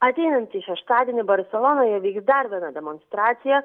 ateinantį šeštadienį barselonoje vyks dar viena demonstracija